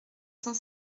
cent